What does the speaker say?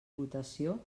votació